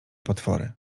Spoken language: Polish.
potwory